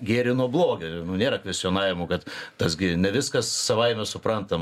gėrį nuo blogio nu nėra kvestionavimų kad tas gi ne viskas savaime suprantama